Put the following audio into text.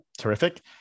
terrific